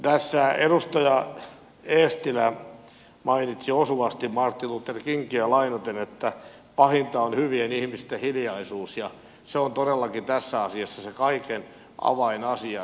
tässä edustaja eestilä mainitsi osuvasti martin luther kingiä lainaten että pahinta on hyvien ihmisten hiljaisuus ja se on todellakin tässä asiassa se kaiken avainasia